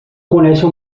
conèixer